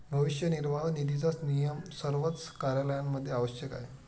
भविष्य निर्वाह निधीचा नियम सर्वच कार्यालयांमध्ये आवश्यक आहे